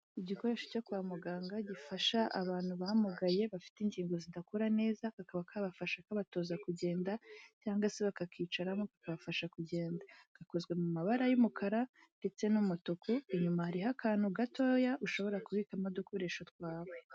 Igikoresho cyo kwa muganga gifasha abantu bamugaye, bafite ingingo zidakora neza, kakaba kabafasha, kabatoza kugenda cyangwa se bakakicaramo, kakabafasha kugenda. Gakozwe mu mabara y'umukara ndetse n'umutuku, inyuma hariho akantu gatoya, ushobora kubikamo udukoresho twawe.